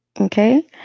okay